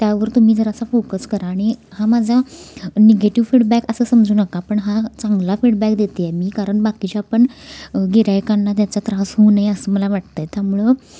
त्यावर तुम्ही जरासा फोकस करा आणि हा माझा निगेटिव फीडबॅक असं समजू नका पण हा चांगला फीडबॅक देते आहे मी कारण बाकीच्या पण गिऱ्हाइकांना त्याचा त्रास होऊ नये असं मला वाटतं आहे त्यामुळं